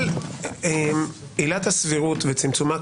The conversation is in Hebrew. עילת הסבירות וצמצומה,